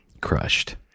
Crushed